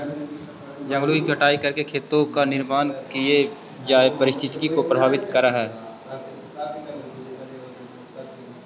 जंगलों की कटाई करके खेतों का निर्माण किये जाए पारिस्थितिकी को प्रभावित करअ हई